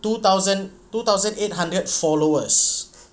two thousand two thousand eight hundred followers